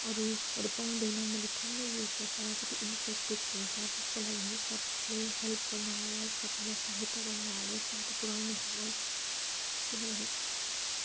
अरूहरू पाउँदैन उनीहरूले थाङ्ना युज गर्छ कति इन्फेक्टेड हुन्छ त्यसको लागि सरकारले हेल्प गर्नुहोस् सबैलाई सहायता गर्नुहोस् सहायता पुर्याउनु होस् किनभने